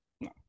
No